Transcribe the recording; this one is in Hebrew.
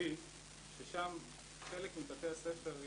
היסודי ששם חלק מבתי הספר,